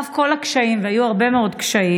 על אף כל הקשיים, והיו הרבה מאוד קשיים,